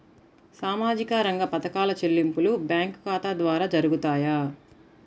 సామాజిక రంగ పథకాల చెల్లింపులు బ్యాంకు ఖాతా ద్వార జరుగుతాయా?